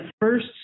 first